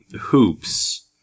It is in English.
hoops